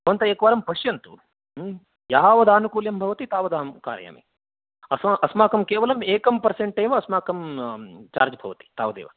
भवन्तः एकवारं पश्यन्तु यावदानुकूल्यं भवति तावदहं कारयामि अस्माकं केवलं एकं पर्सेण्ट् एव अस्माकं चार्ज् भवति तावदेव